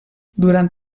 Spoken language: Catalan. durant